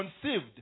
conceived